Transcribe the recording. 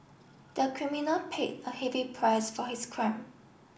the criminal paid a heavy price for his crime